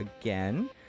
again